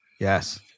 yes